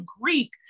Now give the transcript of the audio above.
Greek